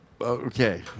Okay